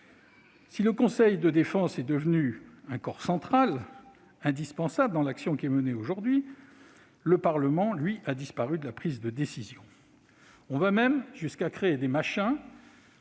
aujourd'hui ? S'il est devenu un corps central, indispensable dans l'action qui est menée aujourd'hui, le Parlement, lui, a disparu de la prise de décision. On va même jusqu'à créer des « machins